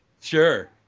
Sure